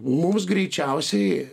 mums greičiausiai